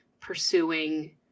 pursuing